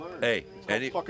Hey